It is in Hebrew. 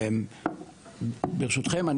ברשותכם,